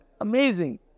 Amazing